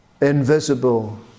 invisible